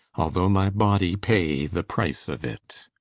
although my body pay the price of it